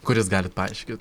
kuris galit paaiškin